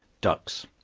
ducks.